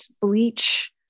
bleach